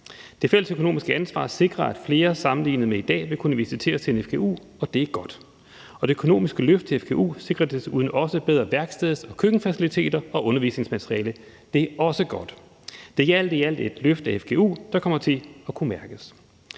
Det fælles økonomiske ansvar sikrer, at flere sammenlignet med i dag vil kunne visiteres til en fgu, og det er godt. Og det økonomiske løft til fgu sikrer desuden også bedre værksteds- og køkkenfaciliteter og undervisningsmateriale. Det er også godt. Det er alt i alt et løft af fgu, der kommer til at kunne mærkes.